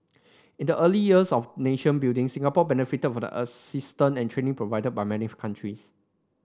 in the early years of nation building Singapore benefited of a assistance and training provided by many countries